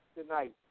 tonight